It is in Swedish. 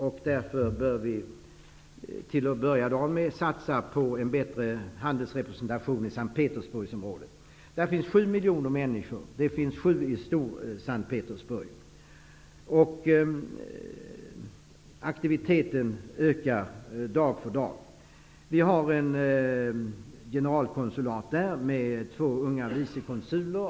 Vi bör därför till att börja med satsa på en bättre handelsrepresentation i S:t Petersburgsområdet. Det finns sju miljoner människor i Stor-S:t Petersburg. Aktiviteten ökar dag för dag. Vi har ett generalkonsulat där, med två unga vice konsuler.